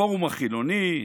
הפורום החילוני?